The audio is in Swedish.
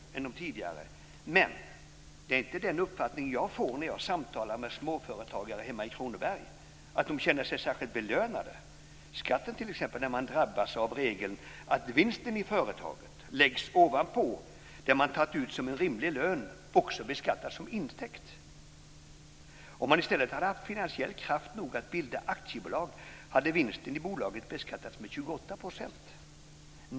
När jag samtalar med småföretagare hemma i Kronoberg får jag dock inte den uppfattningen att de känner sig särskilt belönade. De drabbas t.ex. av en regel som innebär att vinsten i företaget läggs ovanpå det man har tagit ut som en rimlig lön och beskattas som intäkt. Om han i stället hade haft finansiell kraft nog att bilda aktiebolag hade vinsten i bolaget beskattats med 28 %.